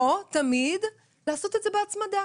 או תמיד לעשות את זה בהצמדה.